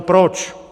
Proč?